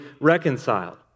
reconciled